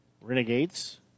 Renegades